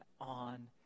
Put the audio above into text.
on